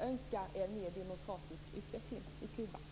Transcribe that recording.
önskar en mer demokratisk utveckling i Kuba.